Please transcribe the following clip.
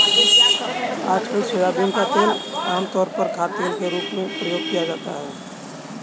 आजकल सोयाबीन का तेल आमतौर पर खाद्यतेल के रूप में प्रयोग किया जाता है